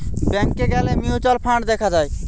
ব্যাংকে গ্যালে mutual fund দেখা যায়